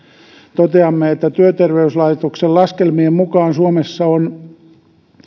toteamme että työterveyslaitoksen laskelmien mukaan suomessa on